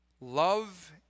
Love